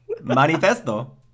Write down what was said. manifesto